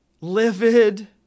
livid